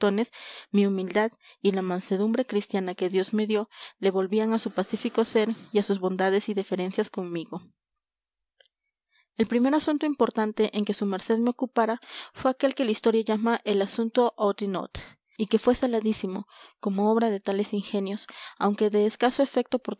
mi humildad y la mansedumbre cristiana que dios me dio le volvían a su pacífico ser y a sus bondades y deferencias conmigo el primer asunto importante en que su merced me ocupara fue aquel que la historia llama el asunto oudinot y que fue saladísimo como obra de tales ingenios aunque de escaso efecto